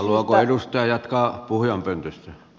haluaako edustaja jatkaa puhujakorokkeelta